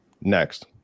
Next